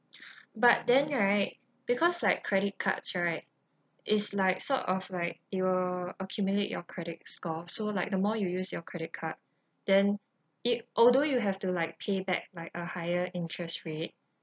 but then right because like credit cards right is like sort of like it will accumulate your credit score so like the more you use your credit card then it although you have to like pay back like a higher interest rate